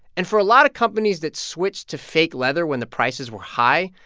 and for a lot of companies that switched to fake leather when the prices were high,